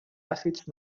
àcids